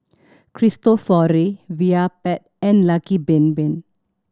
Cristofori Vitapet and Lucky Bin Bin